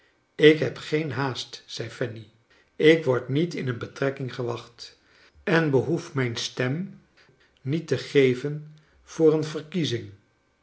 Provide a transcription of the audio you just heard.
ik heb geen haast zei tanny ik word niet in een betrekking gewacht en behoef mijn stem niet te geven voor een verkiezing